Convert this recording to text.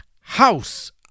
house